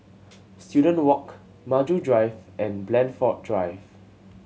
Student Walk Maju Drive and Blandford Drive